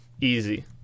easy